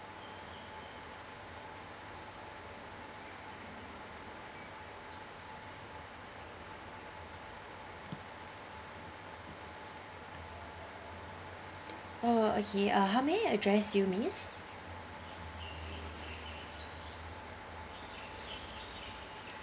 oh okay uh how may I address you miss